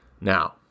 Now